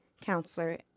counselor